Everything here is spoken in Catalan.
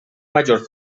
major